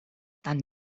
tan